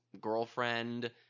girlfriend